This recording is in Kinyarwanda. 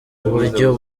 buryo